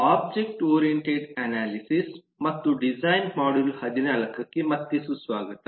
object oriented analysis ಮತ್ತು design module 14 ಕ್ಕೆ ಮತ್ತೆ ಸುಸ್ವಾಗತ